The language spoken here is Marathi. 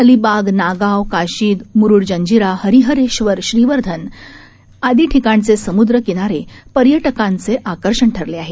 अलिबाग नागाव काशिद मुरूड जंजिरा हरिहरेश्वर श्रीवर्धन आदी समुद्र किनारे पर्यटकांचे आकर्षण ठरले आहेत